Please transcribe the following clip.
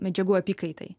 medžiagų apykaitai